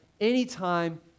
anytime